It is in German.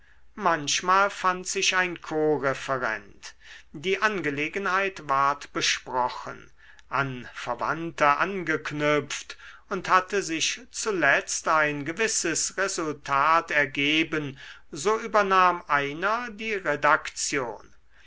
manchmal fand sich ein korreferent die angelegenheit ward besprochen an verwandte angeknüpft und hatte sich zuletzt ein gewisses resultat ergeben so übernahm einer die redaktion